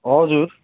हजुर